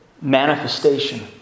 manifestation